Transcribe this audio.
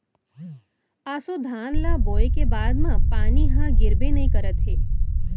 ऑसो धान ल बोए के बाद म पानी ह गिरबे नइ करत हे